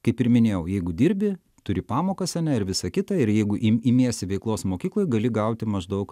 kaip ir minėjau jeigu dirbi turi pamokas ane ir visa kita ir jeigu im imiesi veiklos mokykloj gali gauti maždaug